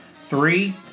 Three